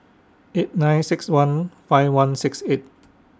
eight nine six one five one six eight